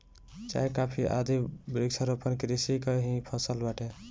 चाय, कॉफी आदि वृक्षारोपण कृषि कअ ही फसल बाटे